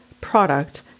product